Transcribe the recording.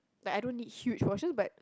like I don't need huge portion but